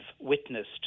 witnessed